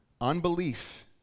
Unbelief